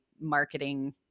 marketing